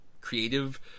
creative